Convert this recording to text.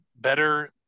better